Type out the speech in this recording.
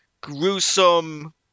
gruesome